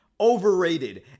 overrated